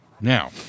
Now